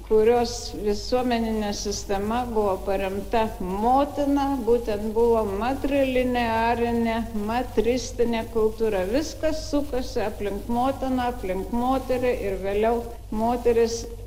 kurios visuomeninė sistema buvo paremta motina būtent buvo matrilinė arinė matristinė kultūra viskas sukasi aplink motiną aplink moterį ir vėliau moteris